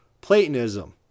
platonism